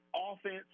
offense